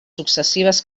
successives